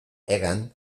hegan